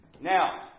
Now